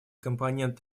компонент